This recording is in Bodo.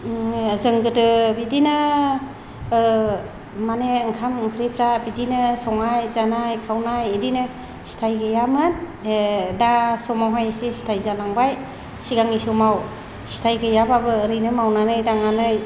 जों गोदो बिदिनो माने ओंखाम ओंख्रिफोरा बिदिनो संनाय जानाय खावनाय बिदिनो सिथाय गैयामोन दा समावहाय एसे सिथाय जालांबाय सिगांनि समाव सिथाय गैयाबाबो ओरैनो मावनानै दांनानै